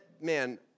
man